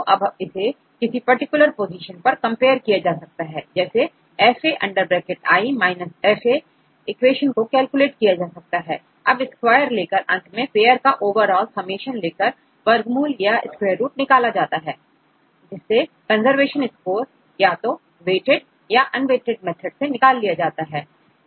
तो अब इसे किसी पर्टिकुलर पोजीशन पर कंपेयर किया जा सकता है औरfa fa इक्वेशन को कैलकुलेट किया जा सकता है अब स्क्वायर लेकर अंत में pair का ओवरऑल summation लेकर वर्गमूलस्क्वैर रुट निकाला जाता है जिससे कंजर्वेशन स्कोर या तो वेटेड या अनवेटेड मेथड से निकाल लिया जाता है